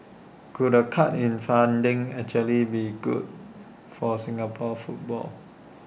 could A cut in funding actually be good for Singapore football